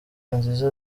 nziza